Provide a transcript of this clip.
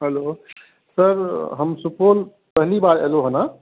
hello sir हम सुपौल पहली बार एलहुँ हँ